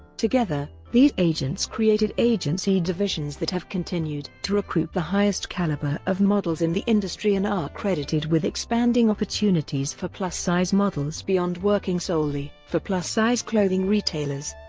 together, these agents created agency divisions that have continued to recruit the highest caliber of models in the industry and are credited with expanding opportunities for plus-size models beyond working solely for plus-size clothing retailers.